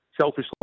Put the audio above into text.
selfishly